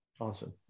Awesome